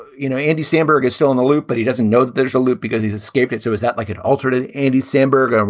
you know, andy samberg is still in the loop, but he doesn't know that there's a loop because he's he's escaped it. so is that like an alternate andy samberg? and